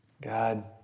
God